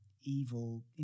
evil